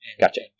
Gotcha